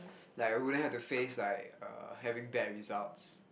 like I wouldn't have to face like uh having bad results